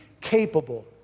capable